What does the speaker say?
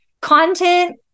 Content